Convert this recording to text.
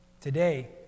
today